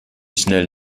schnell